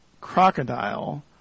crocodile